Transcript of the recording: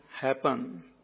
happen